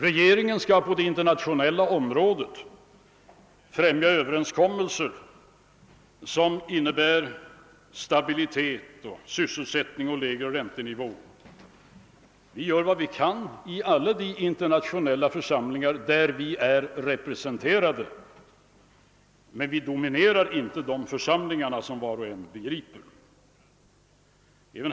»Regeringen skall på det internationella området främja överenskommelser som innebär stabilitet, sysselsättning och lägre räntenivå.» Vi gör vad vi kan i alla de internationella församlingar där vi är representerade, men som var och en begriper dominerar vi inte de församlingarna.